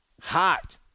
hot